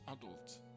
adults